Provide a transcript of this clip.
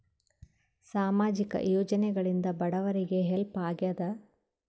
ಸಾಮಾಜಿಕ ಯೋಜನೆಗಳಿಂದ ಬಡವರಿಗೆ ಹೆಲ್ಪ್ ಆಗ್ಯಾದ?